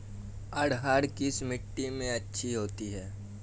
अरहर किस मिट्टी में अच्छी होती है?